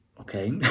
okay